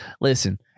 Listen